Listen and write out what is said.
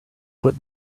put